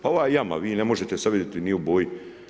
Pa ova jama, vi ne možete sad vidjeti nije u boji.